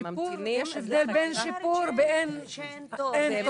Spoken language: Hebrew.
יש הבדל בין שיפור לאין לתור.